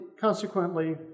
consequently